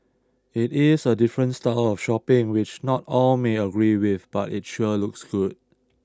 it is a different style of shopping which not all may agree with but it sure looks good